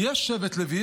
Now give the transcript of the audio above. יש שבט לוי,